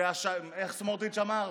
איך סמוטריץ' אמר?